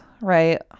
right